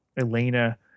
elena